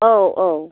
औ औ